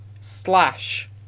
Slash